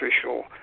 official